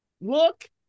Look